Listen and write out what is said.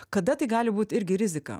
kada tai gali būt irgi rizika